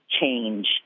change